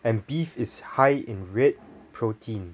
and beef is high in red protein